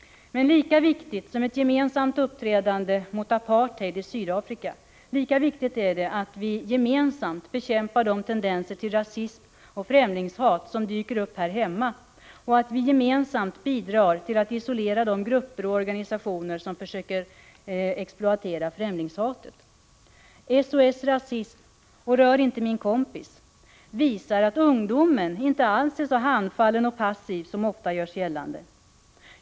Lika viktigt som det är med ett gemensamt uppträdande mot apartheid i Sydafrika är det att vi gemensamt bekämpar de tendenser till rasism och främlingshat som dyker upp här hemma och att vi gemensamt bidrar till att isolera de grupper och organisationer som försöker exploatera främlingshatet. SOS Racisme och ”Rör inte min kompis” visar att ungdomen inte är så handfallen och passiv som ofta görs gällande.